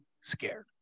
scared